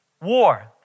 war